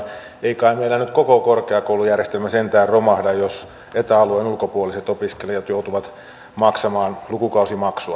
ei kai meillä nyt koko korkeakoulujärjestelmä sentään romahda jos eta alueen ulkopuoliset opiskelijat joutuvat maksamaan lukukausimaksua